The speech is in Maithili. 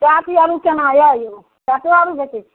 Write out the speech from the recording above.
चाट अर केना यऽ यौ चाटो आरो बेचय छियै